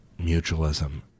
mutualism